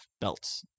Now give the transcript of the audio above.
belts